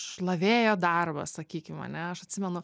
šlavėjo darbas sakykim ane aš atsimenu